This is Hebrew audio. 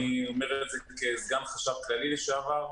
אני אומר את זה כסגן חשב כללי לשעבר.